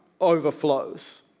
overflows